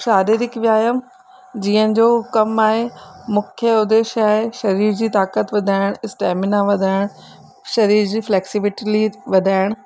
शारीरिक व्यायाम जीअण जो कम आहे मुख्य उद्देश्य आहे शरीर जी ताक़तु वधाइण स्टैमिना वधाइण शरीर जी फ्लैक्सिबिटली वधाइण